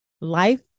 life